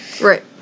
Right